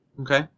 Okay